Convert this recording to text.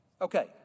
Okay